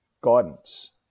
guidance